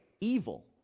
evil